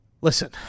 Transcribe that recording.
Listen